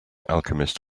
alchemist